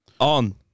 on